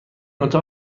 اتاق